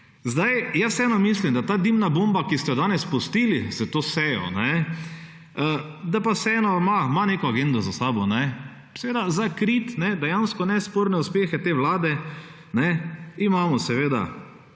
Zdaj jaz vseeno mislim, da ta dimna bomba, ki ste jo danes pustili s to sejo, da pa vseeno ima neko agendo za sabo. Seveda, zdaj kriti dejansko nesporne uspehe te Vlade, imamo seveda